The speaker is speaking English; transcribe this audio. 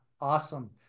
Awesome